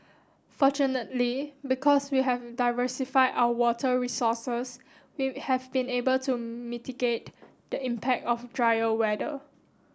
fortunately because we have diversified our water resources we have been able to mitigate the impact of drier weather